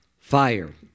fire